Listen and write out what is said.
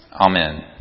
Amen